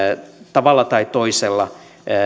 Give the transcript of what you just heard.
tavalla tai toisella